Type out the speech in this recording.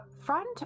front